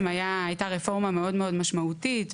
הייתה רפורמה מאוד מאוד משמעותית,